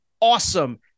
awesome